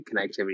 connectivity